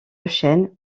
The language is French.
chaîne